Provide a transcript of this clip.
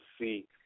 see